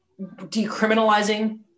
decriminalizing